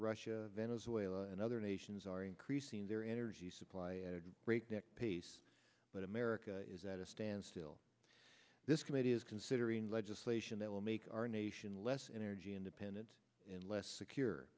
russia venezuela and other nations are increasing their energy supply at a breakneck pace but america is at a standstill this committee is considering legislation that will make our nation less energy independent and less secure